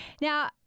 Now